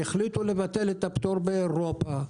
והחליטו לבטל את הפטור באירופה.